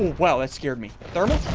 well, it scared me thermos.